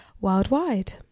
worldwide